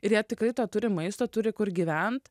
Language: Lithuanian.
ir jie tikrai to turi maisto turi kur gyventi